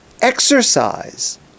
exercise